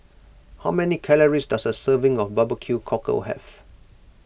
how many calories does a serving of BBQ Cockle have